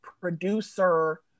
producer